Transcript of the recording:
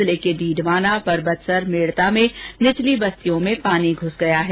जिले के डीडवाना परबतसर मेड़ता में निचली बस्तियों में पानी घुस गया है